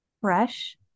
Fresh